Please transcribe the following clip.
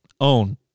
own